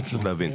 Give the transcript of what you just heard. אני רוצה להבין.